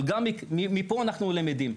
אבל גם מפה אנחנו למדים.